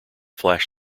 flash